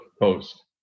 post